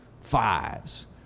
fives